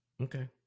Okay